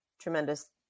tremendous